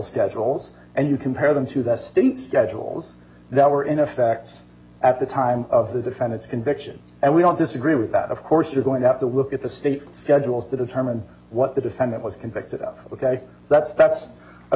schedules and you compare them to that state schedules that were in effect at the time of the defendant's conviction and we don't disagree with that of course you're going to have to look at the state schedules to determine what the defendant was convicted of because that's that's a